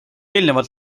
eelnevalt